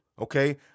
Okay